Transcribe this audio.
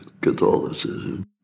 catholicism